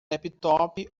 laptop